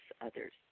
others